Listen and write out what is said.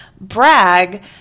brag